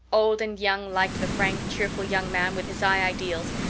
old and young liked the frank, cheerful young man with his high ideals,